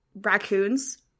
raccoons